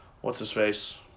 what's-his-face